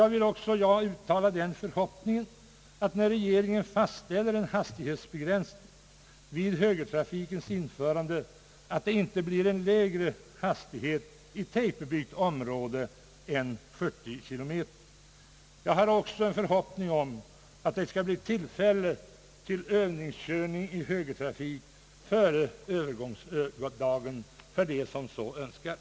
Jag uttalar även den förhoppningen att regeringen, när den fastställer en hastighetsbegränsning vid högertrafikens införande, inte sätter hastighetsgränsen inom tätbebyggt områ de lägre än 40 kilometer i timmen. Jag hyser också en förhoppning att de som före Öövningsdagen vill övningsköra i högertrafik skall få tillfälle härtill.